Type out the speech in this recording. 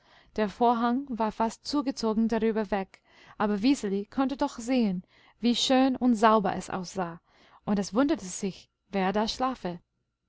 der vorhang war fast zugezogen darüber weg aber wiseli konnte doch sehen wie schön und sauber es aussah und es wunderte sich wer da schlafe